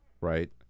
right